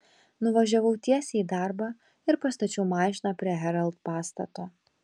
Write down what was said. nuvažiavau tiesiai į darbą ir pastačiau mašiną prie herald pastato